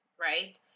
Right